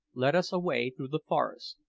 led us away through the forest.